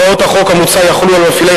הוראות החוק המוצע יחולו על מפעילי